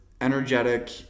energetic